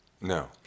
No